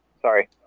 sorry